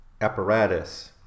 apparatus